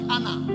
Anna